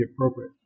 appropriate